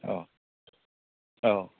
औ औ